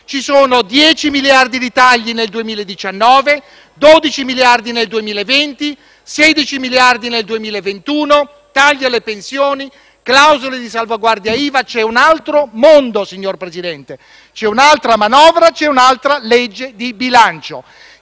per 10 miliardi di euro nel 2019, per 12 miliardi di euro nel 2020, per 16 miliardi di euro nel 2021, tagli alle pensioni, clausole di salvaguardia IVA: c'è un altro mondo, signor Presidente, c'è un'altra manovra, c'è un'altra legge di bilancio,